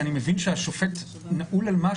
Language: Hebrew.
ואתם באים ואומרים שמכיוון שבחלק גדול מהמקרים